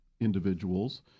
individuals